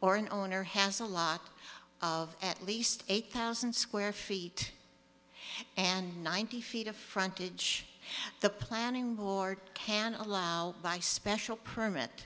or an owner has a lot of at least eight thousand square feet and ninety feet of frontage the planning board can allow by special permit